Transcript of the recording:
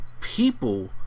people